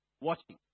watching